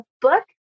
book